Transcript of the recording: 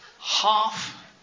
half